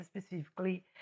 specifically